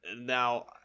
Now –